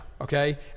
Okay